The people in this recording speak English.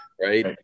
right